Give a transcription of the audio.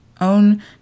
own